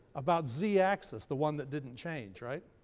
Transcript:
about z axis, the one that didn't change. right?